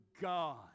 God